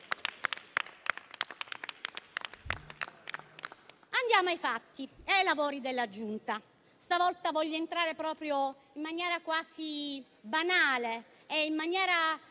Andiamo ai fatti e ai lavori della Giunta. Stavolta voglio entrare proprio in maniera quasi banale e diretta